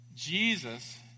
Jesus